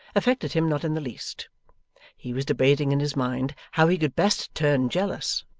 affected him not in the least he was debating in his mind how he could best turn jealous,